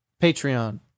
Patreon